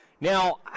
Now